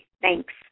Thanks